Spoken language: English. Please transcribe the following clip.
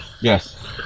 Yes